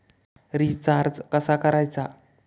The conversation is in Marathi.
रिचार्ज कसा करायचा?